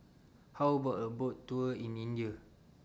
How about A Boat Tour in India